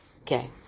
Okay